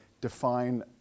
define